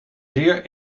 zeer